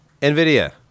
NVIDIA